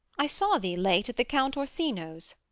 i saw thee late at the count orsino's.